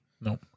No